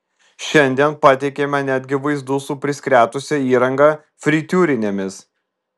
šiandien pateikėme netgi vaizdų su priskretusia įranga fritiūrinėmis